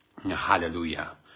Hallelujah